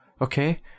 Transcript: Okay